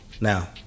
Now